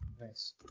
nice